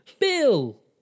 Bill